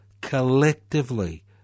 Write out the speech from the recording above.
collectively